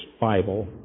Bible